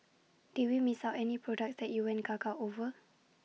did we miss out any products that you went gaga over